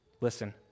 listen